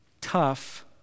tough